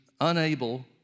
unable